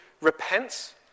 repents